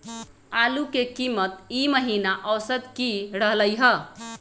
आलू के कीमत ई महिना औसत की रहलई ह?